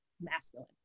masculine